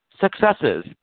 successes